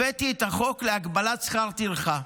הבאתי את החוק להגבלת שכר טרחה.